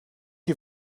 you